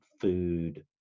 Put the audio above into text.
food